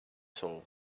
soul